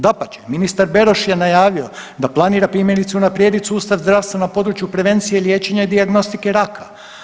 Dapače ministar Beroš je najavio da planira primjerice unaprijediti sustav zdravstva na području prevencije liječenja i dijagnostike raka.